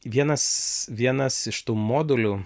vienas vienas iš tų modulių